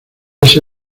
ese